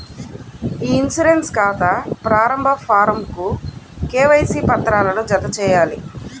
ఇ insurance ఖాతా ప్రారంభ ఫారమ్కు కేవైసీ పత్రాలను జతచేయాలి